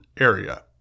area